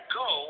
go